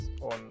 on